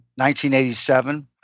1987